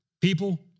People